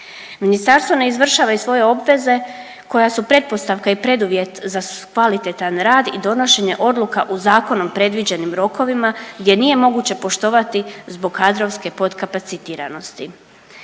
Ministarstvo ne izvršava i svoje obveze koje su pretpostavka i preduvjet za kvalitetan rad i donošenja odluka u zakonom predviđenim rokovima gdje nije moguće poštovati zbog kadrovske podkapacitiranosti.